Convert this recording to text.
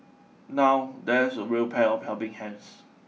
now that's a real pair of helping hands